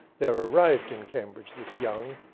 there arrived in cambridge this young,